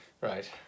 Right